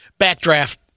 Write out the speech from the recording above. backdraft